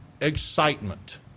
excitement